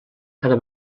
cada